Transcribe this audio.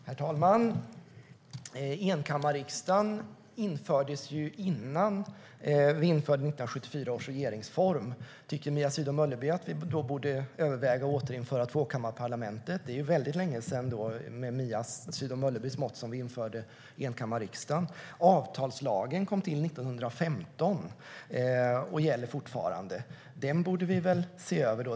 Herr talman! Enkammarriksdagen infördes innan vi införde 1974 års regeringsform. Tycker Mia Sydow Mölleby att vi då borde överväga att återinföra tvåkammarparlamentet? Det är ju med Mia Sydow Möllebys mått väldigt länge sedan vi införde enkammarriksdagen. Avtalslagen kom till 1915 och gäller fortfarande. Den borde vi väl se över då?